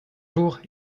jours